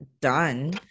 done